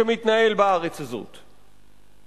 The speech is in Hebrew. שמתנהל בארץ הזאת.